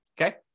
okay